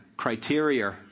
Criteria